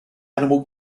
animal